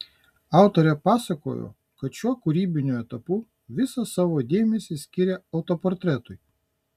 autorė pasakojo kad šiuo kūrybiniu etapu visą savo dėmesį skiria autoportretui